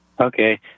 Okay